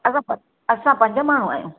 असां प असां पंज माण्हू आहियूं